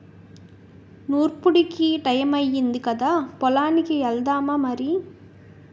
నూర్పుడికి టయమయ్యింది కదా పొలానికి ఎల్దామా మరి